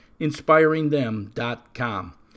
inspiringthem.com